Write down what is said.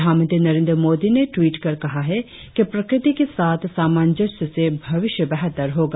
प्रधानमंत्री नरेंद्र मोदी ने टवीट कर कहा है कि प्रकृति के साथ सामांजस्य से भविष्य बेहतर होगा